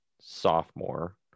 sophomore